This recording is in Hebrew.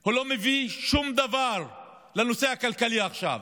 הוא לא מביא שום דבר לנושא הכלכלי עכשיו.